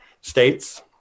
states